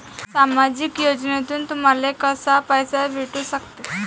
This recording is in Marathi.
सामाजिक योजनेतून तुम्हाले कसा पैसा भेटू सकते?